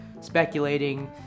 speculating